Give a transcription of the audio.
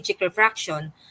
refraction